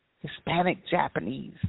Hispanic-Japanese